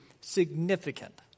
significant